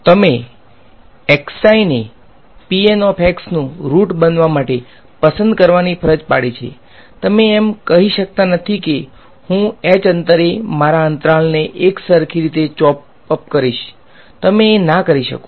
તમે ને નું રુટ બનવા માટે પસંદ કરવાની ફરજ પાડી છે તમે એમ કહી શકતા નથી કે હું h અંતરે મારા અંતરાલને એકસરખી રીતે ચોપ અપ કરીશ તમે એ ના કરી શકો